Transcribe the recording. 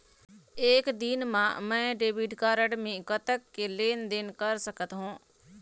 एक दिन मा मैं डेबिट कारड मे कतक के लेन देन कर सकत हो?